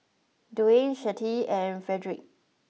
Duane Chante and Fredrick